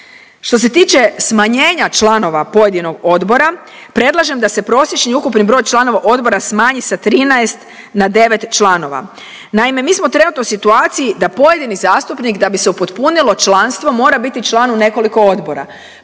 Što se tiče smanjenja članova pojedinog odbora predlažem da se prosječni ukupni broj članova odbora smanji sa 13 na devet članova. Naime, mi smo trenutno u situaciji da pojedini zastupnik da bi se upotpunilo članstvo mora biti član u nekoliko odbora